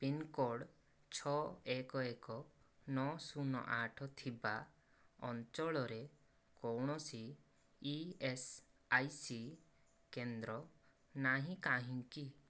pincode ଛଅ ଏକ ଏକ ନଅ ଶୂନ ଆଠ ଥିବା ଅଞ୍ଚଳରେ କୌଣସି ଇଏସ୍ଆଇସି କେନ୍ଦ୍ର ନାହିଁ କାହିଁକି